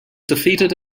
defeated